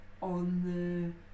on